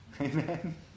Amen